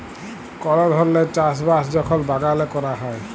call ধরলের চাষ বাস যখল বাগালে ক্যরা হ্যয়